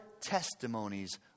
testimonies